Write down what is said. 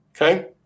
Okay